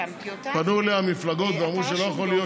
שפנו אליה מפלגות ואמרו שלא יכול להיות